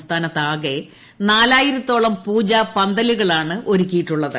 സംസ്ഥാനത്താകെ നാലായിരത്തോളം പൂജാ പന്തലുകളാണ് ഒരുക്കിയിട്ടുള്ളത്